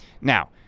Now